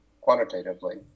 quantitatively